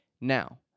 Now